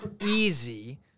easy